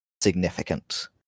significant